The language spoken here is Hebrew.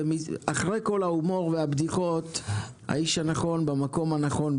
אחרי כל ההומור והבדיחות, האיש הנכון במקום הנכון.